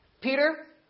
Peter